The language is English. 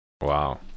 wow